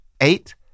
Eight